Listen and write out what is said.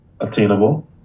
attainable